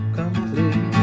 complete